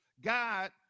God